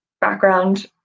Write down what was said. background